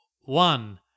One